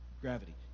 Gravity